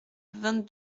vingt